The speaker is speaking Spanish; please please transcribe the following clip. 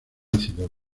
ácidos